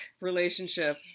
relationship